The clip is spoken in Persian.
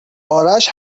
آرش